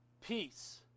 peace